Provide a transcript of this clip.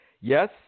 Yes